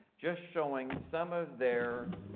just showing some of their,